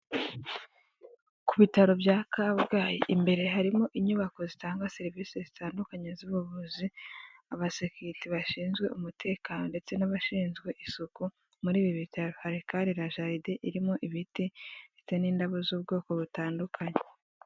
Ku bitaro bya kabgayi imbere harimo inyubako zitanga serivisi zitandukanye z'ubuvuzi, abasekirite bashinzwe umutekano ndetse n'abashinzwe isuku muri ibi bitaro. Hari kandi na jaride irimo ibiti ndetse n'indabo z'ubwoko butandukanye.